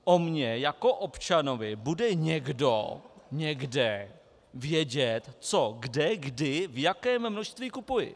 O mně jako občanovi bude někdo někde vědět, co, kde, kdy, v jakém množství kupuji.